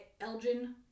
Elgin